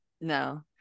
No